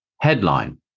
headline